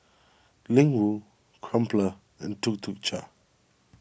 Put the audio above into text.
Ling Wu Crumpler and Tuk Tuk Cha